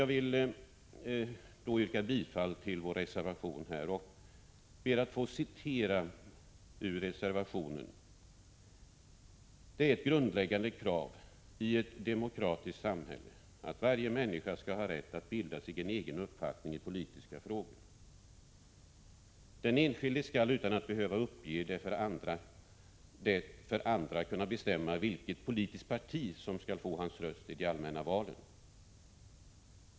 Jag yrkar bifall till vår reservation och ber att få citera ur reservationen: ”Det är ett grundläggande krav i ett demokratiskt samhälle att varje människa skall ha rätt att bilda sig en egen uppfattning i politiska frågor. Den enskilde skall utan att behöva uppge det för andra kunna bestämma vilket politiskt parti som skall få hans röst i de allmänna valen.